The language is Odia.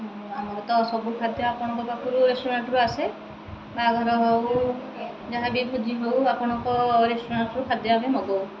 ଆମର ତ ସବୁ ଖାଦ୍ୟ ଆପଣଙ୍କ ପାଖରୁ ରେଷ୍ଟୁରାଣ୍ଟରୁ ଆସେ ବାହାଘର ହଉ ଯାହାବି ଭୋଜି ହଉ ଆପଣଙ୍କ ରେଷ୍ଟୁରାଣ୍ଟରୁ ଖାଦ୍ୟ ଆମେ ମଗାଉ